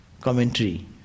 commentary